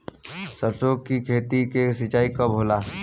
सरसों की खेती के सिंचाई कब होला?